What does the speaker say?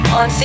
on